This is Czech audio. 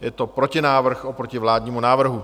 Je to protinávrh oproti vládnímu návrhu.